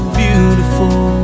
beautiful